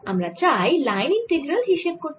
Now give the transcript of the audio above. আমরা চাই line integral হিসেব করতে